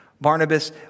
Barnabas